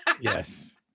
Yes